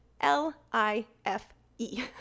L-I-F-E